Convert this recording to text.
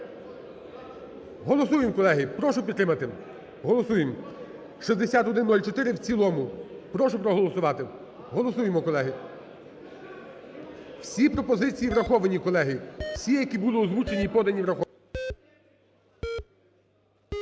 Голосуємо, колеги. Прошу підтримати. Голосуємо 6104 в цілому. Прошу проголосувати. Голосуємо, колеги. Всі пропозиції враховані, колеги, всі, які були озвучені і подані, враховані.